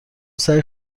سعی